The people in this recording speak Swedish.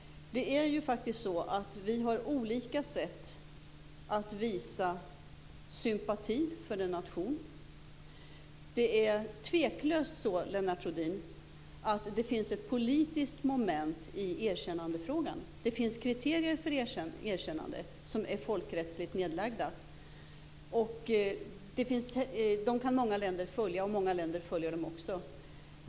Vi har ju olika sätt att visa sympati för en nation. Det är tveklöst så, Lennart Rohdin, att det finns ett politiskt moment i erkännandefrågan. Det finns kriterier för erkännande som är folkrättsligt nedlagda. Dem kan många länder följa, och det gör också många länder.